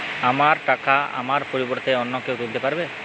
আমার টাকা আমার পরিবর্তে অন্য কেউ তুলতে পারবে?